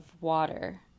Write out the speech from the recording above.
water